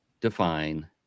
define